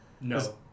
No